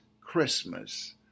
Christmas